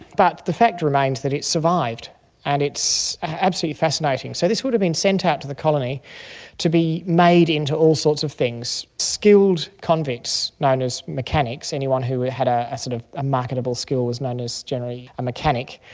but the fact remains that it survived and it's absolutely fascinating. so this would have been sent out to the colony to be made into all sorts of things. skilled convicts known as mechanics, anyone who had a a sort of a marketable skill was known as generally a mechanic,